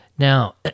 Now